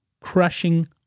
crushing